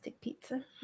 Pizza